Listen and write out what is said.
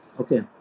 Okay